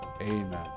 amen